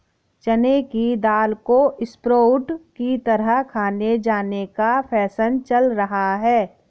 चने की दाल को स्प्रोउट की तरह खाये जाने का फैशन चल रहा है